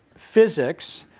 physics?